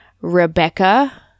Rebecca